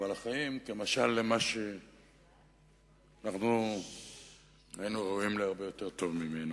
ועל החיים כמשל למה שאנחנו היינו ראויים להרבה יותר טוב ממנו.